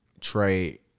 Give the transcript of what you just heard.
Trade